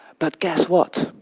but guess what?